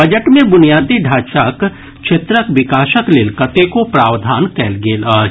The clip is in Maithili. बजट मे बुनियादी ढांचा क्षेत्रक विकास लेल कतेको प्रावधान कयल गेल अछि